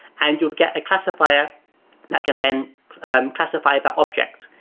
and you'll get a classifier that can then classify that object.